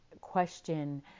question